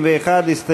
נא להצביע.